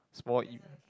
fall in